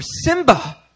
Simba